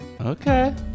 Okay